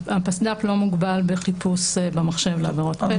הפסד"פ לא מוגבל בחיפוש במחשב לעבירות פשע.